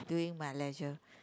doing my leisure